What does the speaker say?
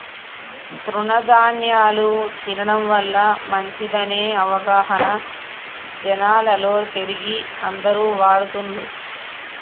తృణ ధ్యాన్యాలు తినడం వల్ల మంచిదనే అవగాహన జనాలలో పెరిగి అందరు వాడుతున్లు